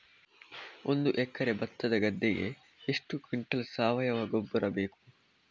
ಒಂದು ಎಕರೆ ಭತ್ತದ ಗದ್ದೆಗೆ ಎಷ್ಟು ಕ್ವಿಂಟಲ್ ಸಾವಯವ ಗೊಬ್ಬರ ಬೇಕು?